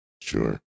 Sure